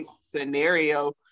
scenario